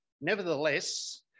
Nevertheless